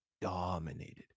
dominated